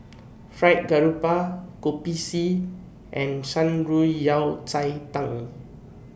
Fried Garoupa Kopi C and Shan Rui Yao Cai Tang